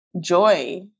joy